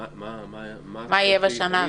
מה יהיה בשנה הזאת?